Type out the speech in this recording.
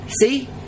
See